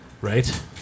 Right